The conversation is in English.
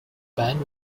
band